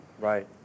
Right